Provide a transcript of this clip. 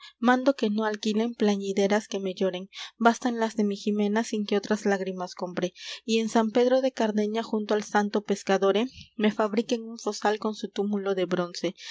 mando que no alquilen plañideras que me lloren bastan las de mi jimena sin que otras lágrimas compre y en san pedro de cardeña junto al santo pescadore me fabriquen un fosal con su túmulo de bronce